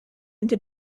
into